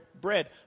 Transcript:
bread